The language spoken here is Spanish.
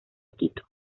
quito